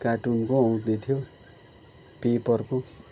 cartoon पो आउँदै थियो पेपरको